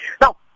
now